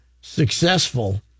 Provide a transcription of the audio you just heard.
successful